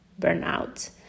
burnout